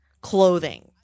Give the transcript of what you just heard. clothing